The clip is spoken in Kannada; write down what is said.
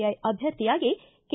ಐ ಅಭ್ಯರ್ಥಿಯಾಗಿ ಕೆ